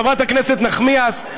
חברת הכנסת נחמיאס,